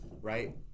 right